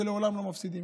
שלעולם לא מפסידים,